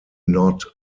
not